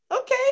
okay